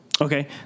Okay